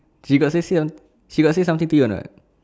she got say sit on she got say something to you a not